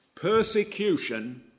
persecution